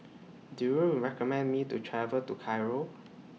Do YOU recommend Me to travel to Cairo